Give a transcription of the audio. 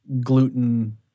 gluten